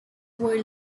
were